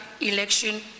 election